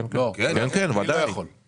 אני מנסה כל שנה.